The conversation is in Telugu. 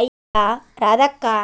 అయ్యా రాదక్కా